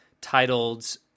titled